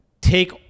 take